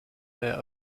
her